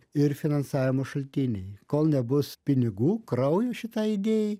ir finansavimo šaltiniai kol nebus pinigų kraujo šitai idėjai